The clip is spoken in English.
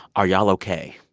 are y'all ok?